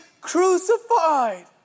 crucified